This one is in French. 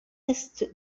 est